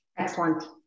Excellent